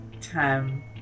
time